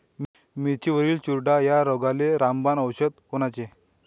मिरचीवरील चुरडा या रोगाले रामबाण औषध कोनचे?